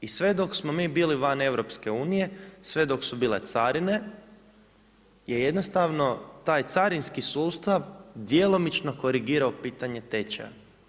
I sve dok smo mi bili van EU, sve dok su bile carine je jednostavno taj carinski sustav djelomično korigirao pitanje tečaja.